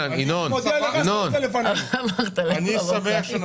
אני נותן לך שתצא לפניי.